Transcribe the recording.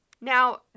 Now